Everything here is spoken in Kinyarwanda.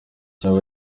cyaba